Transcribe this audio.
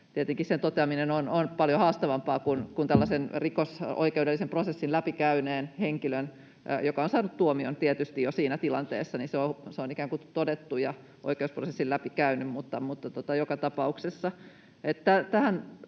Tietenkin sen toteaminen on paljon haastavampaa kuin tällaisen rikosoikeudellisen prosessin läpikäyneen henkilön osalta, joka on tietysti saanut tuomion jo siinä tilanteessa, niin että se on ikään kuin todettu ja oikeusprosessin läpikäynyt, mutta joka tapauksessa.